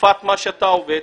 לתקופה שאתה עובד,